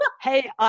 hey